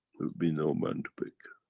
will be no man to pick.